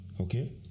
Okay